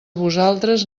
vosaltres